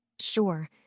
Sure